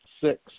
six